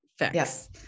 Yes